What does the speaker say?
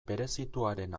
berezituaren